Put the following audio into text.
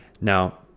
Now